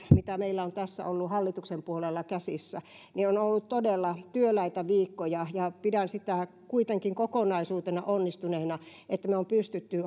mitä meillä on tässä ollut hallituksen puolella käsissä ovat olleet todella työläitä viikkoja pidän sitä kuitenkin kokonaisuutena onnistuneena että me olemme pystyneet